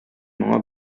моңа